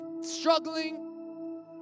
struggling